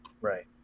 Right